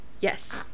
Yes